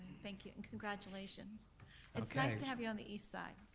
thank you, and congratulations. it's nice to have you on the east side.